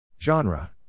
Genre